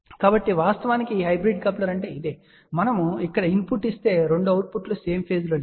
కాబట్టి వాస్తవానికి ఈ హైబ్రిడ్ కప్లర్ అంటే ఇదే మనము ఇక్కడ ఇన్పుట్ ఇస్తే 2 అవుట్పుట్లు సేమ్ పేజ్ లో లేవు